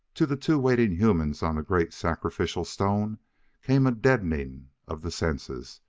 to the two waiting humans on the great sacrificial stone came a deadening of the senses,